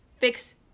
fix